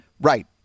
right